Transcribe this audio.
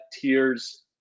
tears